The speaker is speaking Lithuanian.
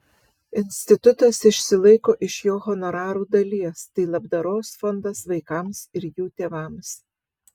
institutas išsilaiko iš jo honorarų dalies tai labdaros fondas vaikams ir jų tėvams